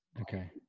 Okay